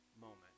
moment